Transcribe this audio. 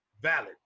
valid